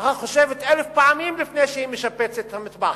המשפחה חושבת אלף פעמים לפני שהיא משפצת את המטבח,